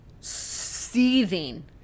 seething